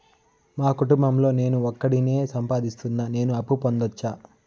మా కుటుంబం లో నేను ఒకడినే సంపాదిస్తున్నా నేను అప్పు పొందొచ్చా